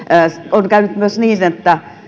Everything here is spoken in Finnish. on käynyt myös niin